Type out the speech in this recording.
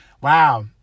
Wow